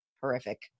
horrific